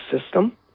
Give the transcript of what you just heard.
system